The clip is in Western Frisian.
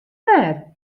wer